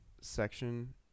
section